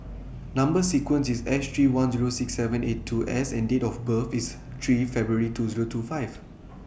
Number sequence IS S three one Zero six seven eight two S and Date of birth IS three February two Zero two five